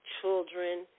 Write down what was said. children